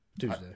Tuesday